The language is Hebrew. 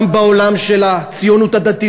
גם בעולם של הציונות הדתית,